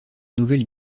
nouvelle